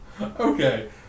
Okay